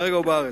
כרגע הוא בארץ,